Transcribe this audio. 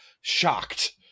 shocked